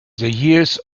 years